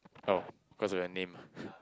oh cause of your name ah